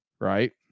Right